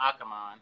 Akamon